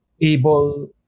able